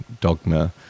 dogma